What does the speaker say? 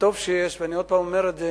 וטוב שיש, ואני עוד פעם אומר את זה,